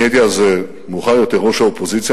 הייתי אז מאוחר יותר ראש האופוזיציה.